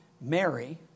Mary